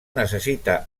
necessita